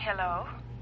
Hello